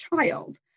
child